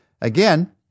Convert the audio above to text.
again